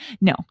No